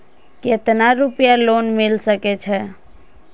केतना रूपया लोन मिल सके छै?